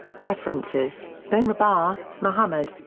references benrabah, mohamed.